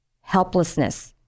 helplessness